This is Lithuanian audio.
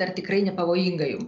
ar tikrai nepavojinga jum